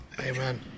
Amen